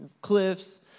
cliffs